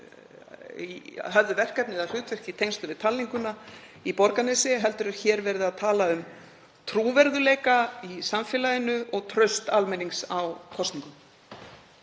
sem höfðu verkefni eða hlutverk í tengslum við talninguna í Borgarnesi heldur er verið að tala um trúverðugleika í samfélaginu og traust almennings á kosningum.